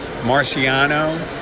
Marciano